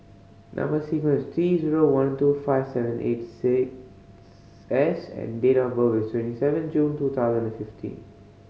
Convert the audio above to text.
number sequence is T zero one two five seven eight six S and date of birth is twenty seven June two thousand and fifteen